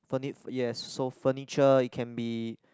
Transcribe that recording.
furni~ yes so furniture it can be